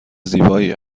زیبایی